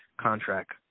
contract